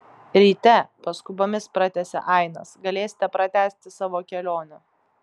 ryte paskubomis pratęsė ainas galėsite pratęsti savo kelionę